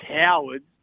cowards